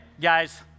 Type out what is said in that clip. guys